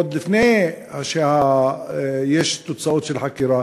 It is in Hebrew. עוד לפני שיש תוצאות של חקירה,